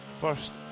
first